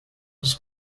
his